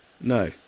No